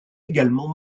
également